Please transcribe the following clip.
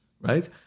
right